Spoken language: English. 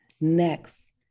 Next